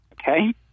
Okay